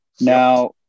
Now